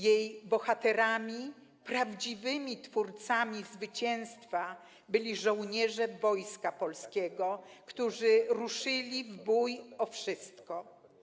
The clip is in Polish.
Jej bohaterami, prawdziwymi twórcami zwycięstwa, byli żołnierze Wojska Polskiego, którzy ruszyli w bój o wszystko.